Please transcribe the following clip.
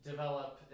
Develop